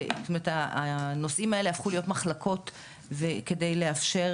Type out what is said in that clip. הנושאים האלה הפכו להיות מחלקות כדי לאפשר